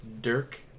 Dirk